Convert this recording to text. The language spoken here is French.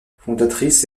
fondatrice